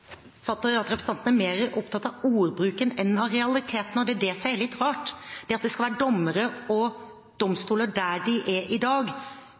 oppfatter at representanten er mer opptatt av ordbruken enn av realitetene. Det er det som er litt rart. Det at det skal være dommere og domstoler der de er i dag